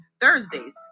Thursdays